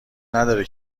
نداره